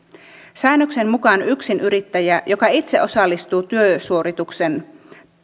säännöksen mukaan yksinyrittäjä joka itse osallistuu työsuoritukseen